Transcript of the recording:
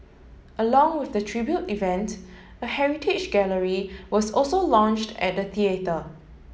along with the tribute event a heritage gallery was also launched at the theatre